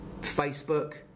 Facebook